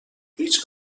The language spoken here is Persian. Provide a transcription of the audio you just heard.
هیچ